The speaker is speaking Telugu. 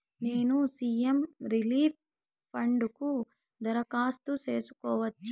నేను సి.ఎం రిలీఫ్ ఫండ్ కు దరఖాస్తు సేసుకోవచ్చా?